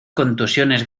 contusiones